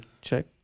check